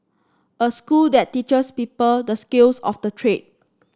a school that teachers people the skills of the trade